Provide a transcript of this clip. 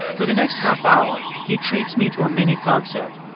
for the next half hour, he treats me to a mini concert,